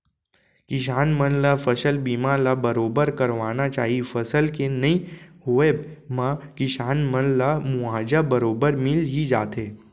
किसान मन ल फसल बीमा ल बरोबर करवाना चाही फसल के नइ होवब म किसान मन ला मुवाजा बरोबर मिल ही जाथे